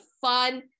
fun